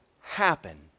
happen